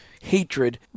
hatred